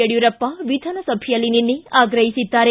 ಯಡ್ಟೂರಪ್ಪ ವಿಧಾನಸಭೆಯಲ್ಲಿ ನಿನ್ನೆ ಆಗ್ರಹಿಸಿದ್ದಾರೆ